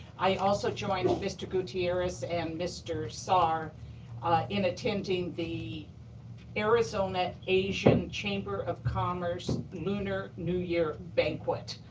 i also joined mr. gutierrez and mr. saar in attending the arizona asian chamber of commerce lunar new year banquet,